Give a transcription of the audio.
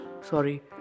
sorry